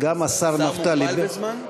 השר מוגבל בזמן?